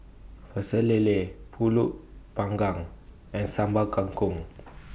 Pecel Lele Pulut Panggang and Sambal Kangkong